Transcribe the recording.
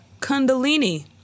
Kundalini